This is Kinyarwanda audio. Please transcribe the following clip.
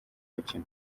mukino